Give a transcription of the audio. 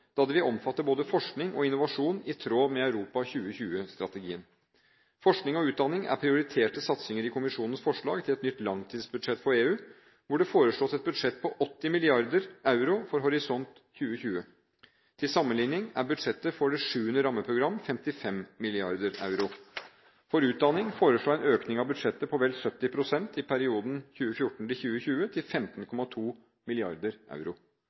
da det vil omfatte både forskning og innovasjon i tråd med Europa 2020-strategien. Forskning og utdanning er prioriterte satsinger i kommisjonens forslag til et nytt langtidsbudsjett for EU, hvor det foreslås et budsjett på 80 mrd. euro for Horisont 2020. Til sammenlikning er budsjettet for det 7. rammeprogram 55 mrd. euro. For utdanning foreslås en økning av budsjettet på vel 70 pst. i perioden 2014–2020, til 15,2 mrd. euro.